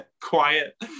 quiet